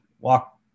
walk